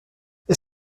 est